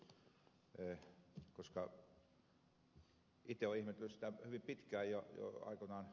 itse olen ihmetellyt sitä asiaa hyvin pitkään